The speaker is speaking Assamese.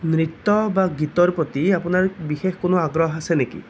নৃত্য বা গীতৰ প্ৰতি আপোনাৰ বিশেষ কোনো আগ্ৰহ আছে নেকি